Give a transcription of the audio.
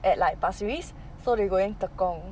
at like pasir ris so they going tekong